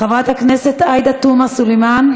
חברת הכנסת עאידה תומא סלימאן,